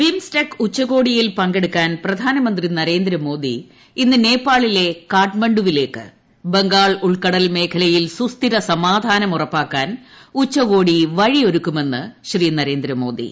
BIMSTEC ഉച്ചകോടിയിൽ പങ്കെടുക്കാൻ പ്രധാനമന്ത്രി നരേന്ദ്രമോദി ഇന്ന് നേപ്പാളിലെ കാഠ്മണ്ഡുവിലേക്ക് ബംഗാൾ ഉൾക്കടെൽ മേഖലയിൽ് സുസ്ഥിര സമാധാനം ഉച്ചകോടി ഉറപ്പാക്കാൻ വഴിയൊരുക്കുമെന്ന് നേന്ദ്രമോദി